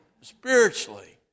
spiritually